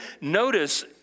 notice